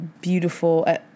beautiful